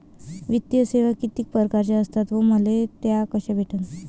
वित्तीय सेवा कितीक परकारच्या असतात व मले त्या कशा भेटन?